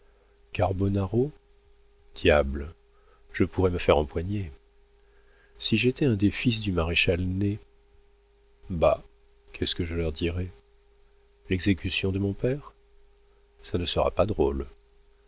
carbonaro diable je pourrais me faire empoigner si j'étais un des fils du maréchal ney bah qu'est-ce que je leur dirais l'exécution de mon père ça ne serait pas drôle